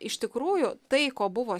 iš tikrųjų tai ko buvo